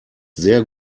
sehr